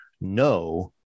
no